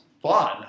Fun